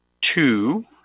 two